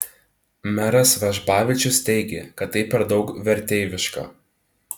meras vežbavičius teigė kad tai per daug verteiviška